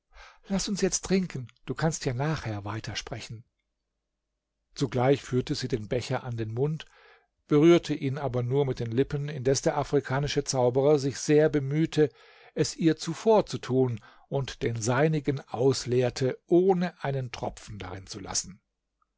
laß uns jetzt trinken du kannst ja nachher weiter sprechen zugleich führte sie den becher an den mund berührte ihn aber nur mit den lippen indes der afrikanische zauberer sich sehr bemühte es ihr zuvor zu tun und den seinigen ausleerte ohne einen tropfen darin zu lassen